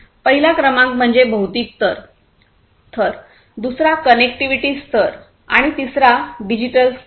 पहिला क्रमांक म्हणजे भौतिक स्तर दुसरा कनेक्टिव्हिटी स्तर आणि तिसरा डिजिटल स्तर